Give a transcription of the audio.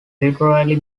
literally